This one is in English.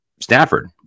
Stafford